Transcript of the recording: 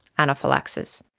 anaphylaxis.